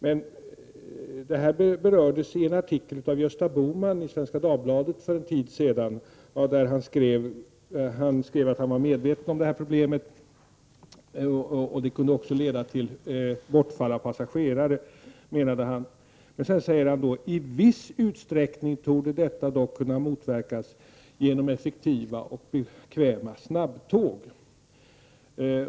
Detta har berörts i en artikel av Gösta Bohman i Svenska Dagbladet för en tid sedan. Han skrev att han var medveten om problemet och att det kunde leda till bortfall av passagerare. Han skrev också att i viss utsträckning torde detta dock kunna motverkas genom effektiva och bekväma snabbtåg.